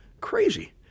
Crazy